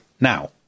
Now